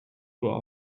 uhr